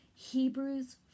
Hebrews